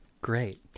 great